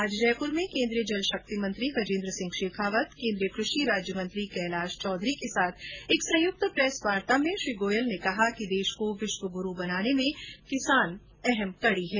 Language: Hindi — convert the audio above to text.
आज जयपुर में केंद्रीय जल शक्ति मंत्री गजेंद्र सिंह शेखावत केंद्रीय कृ षि राज्य मंत्री कैलाश चौधरी के साथ एक संयुक्त प्रेस वार्ता में श्री गोयल ने कहा कि देश को विश्व गुरु बनाने में किसान सबसे अहम कड़ी हैं